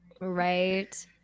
Right